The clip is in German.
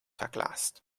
verglast